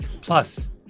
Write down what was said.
Plus